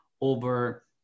over